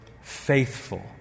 faithful